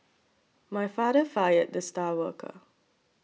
my father fired the star worker